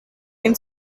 been